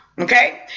Okay